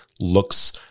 looks